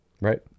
right